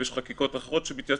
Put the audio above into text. ויש חקיקות אחרות שבהן מתייעצים,